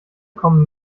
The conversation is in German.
kommen